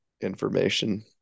information